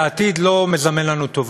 והעתיד לא מזמן לנו טובות.